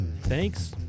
Thanks